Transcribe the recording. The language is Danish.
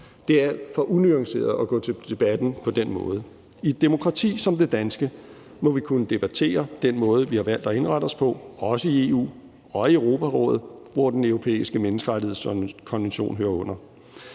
Det er alt for unuanceret at gå til debatten på den måde. I et demokrati som det danske må vi kunne debattere den måde, vi har valgt at indrette os på, også i EU og i Europarådet, som Den Europæiske Menneskerettighedskonvention hører under.